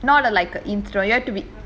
not err like a introduction you have to be